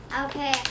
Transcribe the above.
Okay